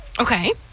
Okay